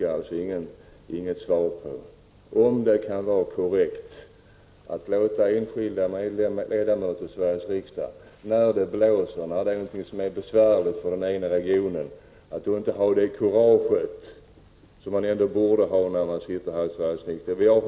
Jag fick inget svar på frågan om det kan vara korrekt att låta enskilda ledamöter av Sveriges riksdag dra sig undan ansvaret för ett beslut som är besvärligt för en region när man inte har det kurage som man borde ha när man är ledamot av Sveriges riksdag.